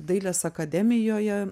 dailės akademijoje